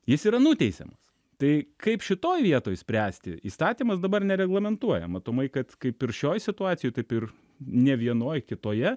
jis yra nuteisiamas tai kaip šitoj vietoj spręsti įstatymas dabar nereglamentuoja matomai kad kaip ir šioj situacijoj taip ir ne vienoj kitoje